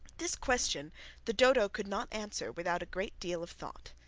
this question the dodo could not answer without a great deal of thought,